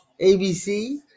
ABC